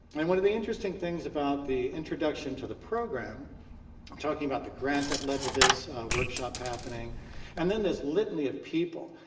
and one of the interesting things about the introduction to the program i'm talking about the grant that led to this workshop happening and then this litany of people,